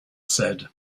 said